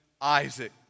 Isaac